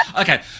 Okay